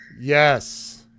Yes